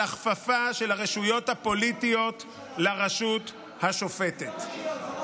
להכפיף את הפוליטיקה למשפט בדרך של שימוש בסבירות כנורמת-על,